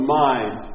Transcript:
mind